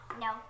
No